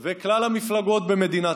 די.